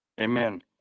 Amen